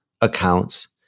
accounts